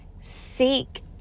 seek